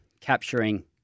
capturing